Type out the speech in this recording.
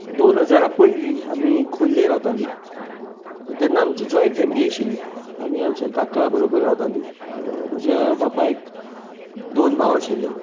दोन हजारा पयलीं आमी खोर्ले रावतालीं पूण तेन्ना आमची जॉयंट फॅमिली आशिल्ली आमी आमच्या काका बरोबर रावतालीं म्हज्या बापायक दोन भाव आशिल्ले